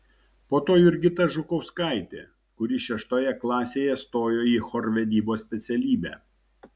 po to jurgita žukauskaitė kuri šeštoje klasėje stojo į chorvedybos specialybę